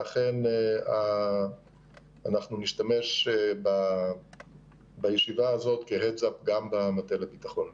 ואכן אנחנו נשתמש בישיבה הזאת כ --- גם במטה לביטחון לאומי.